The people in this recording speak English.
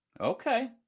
Okay